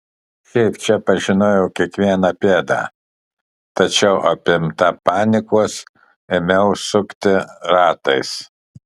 šiaip čia pažinojau kiekvieną pėdą tačiau apimta panikos ėmiau sukti ratais